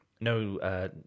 no